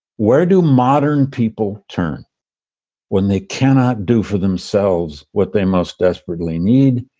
where do modern people turn when they cannot do for themselves what they most desperately need?